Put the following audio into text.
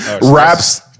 Raps